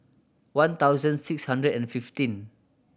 one thousand six hundred and fifteen